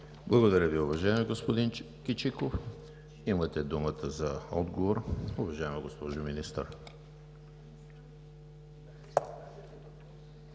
Благодаря Ви, уважаеми господин Кичиков. Имате думата за отговор, уважаема госпожо Министър.